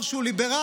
אמר שהוא ליברלי.